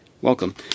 Welcome